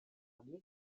barbier